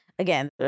Again